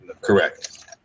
Correct